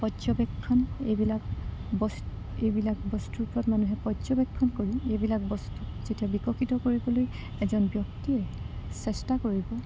পৰ্যবেক্ষণ এইবিলাক বস্তু এইবিলাক বস্তুৰ ওপৰত মানুহে পৰ্যবেক্ষণ কৰি এইবিলাক বস্তু যেতিয়া বিকশিত কৰিবলৈ এজন ব্যক্তিয়ে চেষ্টা কৰিব